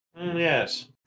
Yes